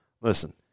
listen